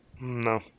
No